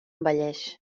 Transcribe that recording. envelleix